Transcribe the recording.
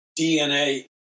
DNA